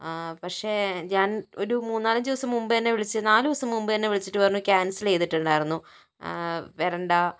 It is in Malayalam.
പക്ഷേ ഞാൻ ഒരു മൂന്നാലഞ്ച് ദിവസം മുമ്പ് തന്നെ വിളിച്ച് നാല് ദിവസം മുമ്പ് തന്നെ വിളിച്ചിട്ട് പറഞ്ഞു ക്യാൻസൽ ചെയ്തിട്ടുണ്ടാരുന്നു വരണ്ട